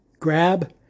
grab